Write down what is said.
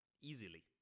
easily